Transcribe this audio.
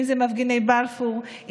אם זה מפגיני בלפור,